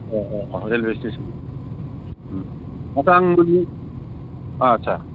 railway station आच्चा नों आच्चा